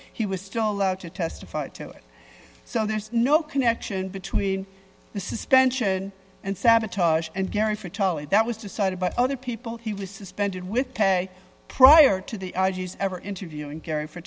he was still allowed to testify to it so there's no connection between the suspension and sabotage and caring for that was decided by other people he was suspended with pay prior to the ever interview and caring for